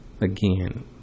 Again